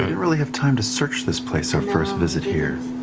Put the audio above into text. really have time to search this place our first visit here.